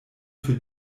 für